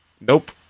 Nope